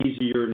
easier